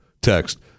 text